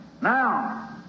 Now